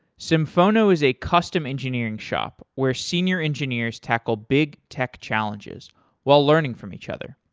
symphono is a custom engineering shop where senior engineers tackle big tech challenges while learning from each other.